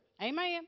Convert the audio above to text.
Amen